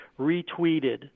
retweeted